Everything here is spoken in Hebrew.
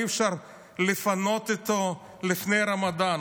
אי-אפשר לפנות אותו לפני הרמדאן,